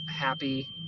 happy